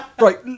right